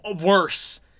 Worse